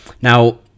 now